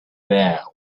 there